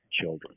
children